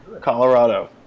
Colorado